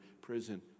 prison